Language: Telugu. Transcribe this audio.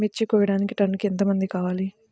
మిర్చి కోయడానికి టన్నుకి ఎంత మంది కావాలి?